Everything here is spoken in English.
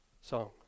song